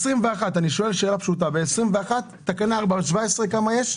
אני שואל שאלה פשוטה: ב-21', תקנה 4.17, כמה יש?